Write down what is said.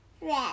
Red